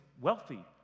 wealthy